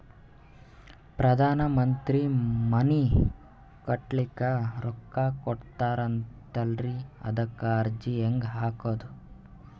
ಪ್ರಧಾನ ಮಂತ್ರಿ ಮನಿ ಕಟ್ಲಿಕ ರೊಕ್ಕ ಕೊಟತಾರಂತಲ್ರಿ, ಅದಕ ಅರ್ಜಿ ಹೆಂಗ ಹಾಕದು?